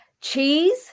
cheese